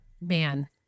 man